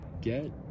Get